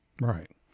Right